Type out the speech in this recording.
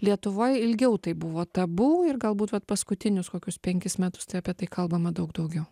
lietuvoj ilgiau tai buvo tabu ir galbūt vat paskutinius kokius penkis metus tai apie tai kalbama daug daugiau